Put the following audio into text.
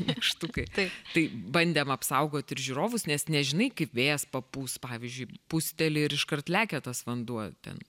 nykštukai tai tai bandėm apsaugot ir žiūrovus nes nežinai kaip vėjas papūs pavyzdžiui pūsteli ir iškart lekia tas vanduo ten